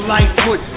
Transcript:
Lightfoot